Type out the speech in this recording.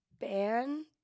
ban